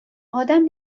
آدم